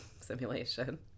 simulation